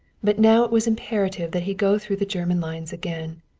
but now it was imperative that he go through the german lines again.